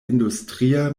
industria